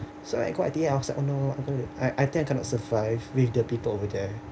so I go I_T_E outside oh no I I think I cannot survive with the people over there